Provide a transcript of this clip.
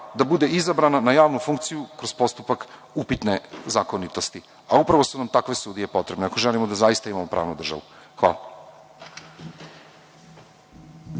da bude izabrana na javnu funkciju kroz postupak upitne zakonitosti. A upravo su nam takve sudije potrebne ako želimo da zaista imamo pravnu državu. Hvala.